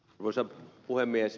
arvoisa puhemies